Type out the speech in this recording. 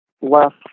left